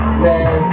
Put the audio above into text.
man